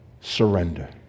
surrender